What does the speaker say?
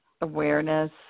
awareness